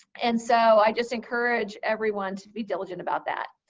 and so, i just encourage everyone to be diligent about that.